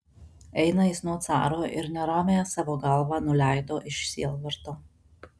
eina jis nuo caro ir neramiąją savo galvą nuleido iš sielvarto